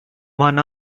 one